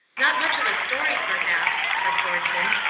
not much of a story, perhaps, said thornton,